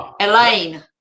Elaine